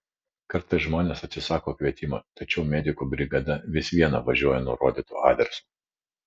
kartais žmonės atsisako kvietimo tačiau medikų brigada vis viena važiuoja nurodytu adresu